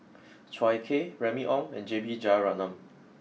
Chua Ek Kay Remy Ong and J B Jeyaretnam